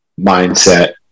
mindset